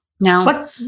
Now